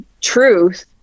truth